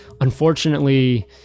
unfortunately